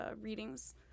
readings